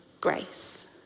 grace